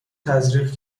تزریق